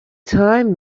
time